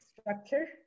structure